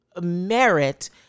merit